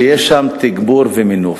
שיש שם תגבור ומינוף,